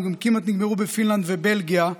גם כמעט נגמרו בפינלנד ובלגיה.